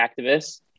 activists